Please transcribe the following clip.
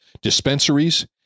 dispensaries